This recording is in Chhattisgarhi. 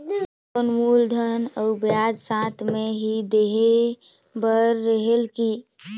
मोर लोन मूलधन और ब्याज साथ मे ही देहे बार रेहेल की?